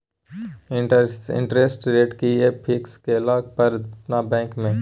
Interest rate कि ये fix केला पर अपन बैंक में?